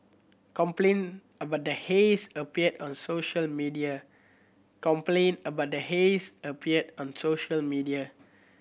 complaint about the haze appeared on social media